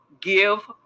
give